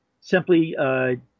simply